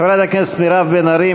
חברת הכנסת מירב בן ארי,